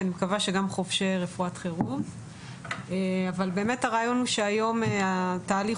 אני מקווה שגם חובשי רפואת חירום אבל הרעיון הוא שהיום התהליך